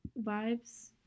vibes